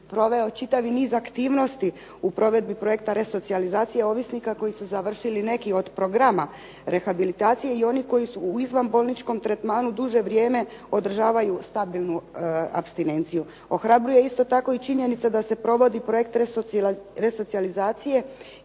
proveo čitavi niz aktivnosti u provedbi projekta resocijalizacije ovisnika koji su završili neki od programa rehabilitacije, i oni koji su u izvanbolničkom tretmanu duže vrijeme održavaju stabilnu apstinenciju. Ohrabruje isto tako i činjenica da se provodi projekt resocijalizacije